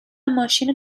ماشینو